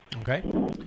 Okay